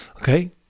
Okay